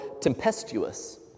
tempestuous